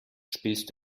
spielst